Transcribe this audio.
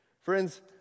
Friends